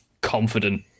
confident